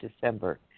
December